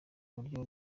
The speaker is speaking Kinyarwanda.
buryo